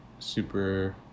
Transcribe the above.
Super